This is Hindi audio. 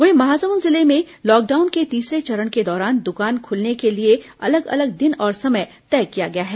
वहीं महासमुंद जिले में लॉकडाउन के तीसरे चरण के दौरान दुकान खुलने के लिए अलग अलग दिन और समय तय किया गया है